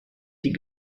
die